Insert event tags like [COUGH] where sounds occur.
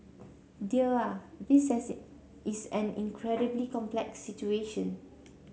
dear ah this [UNINTELLIGIBLE] is an incredibly complex situation